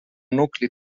nucli